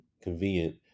convenient